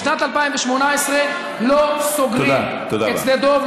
בשנת 2018 לא סוגרים את שדה דב.